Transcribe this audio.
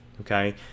okay